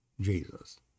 Jesus